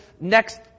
next